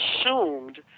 assumed